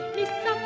Miss